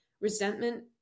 resentment